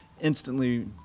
instantly